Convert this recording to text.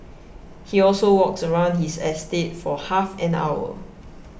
he also walks around his estate for half an hour